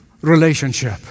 relationship